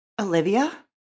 Olivia